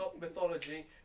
mythology